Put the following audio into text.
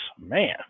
man